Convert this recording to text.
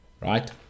right